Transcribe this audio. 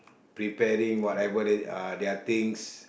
preparing whatever they uh their things